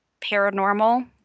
paranormal